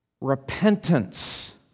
repentance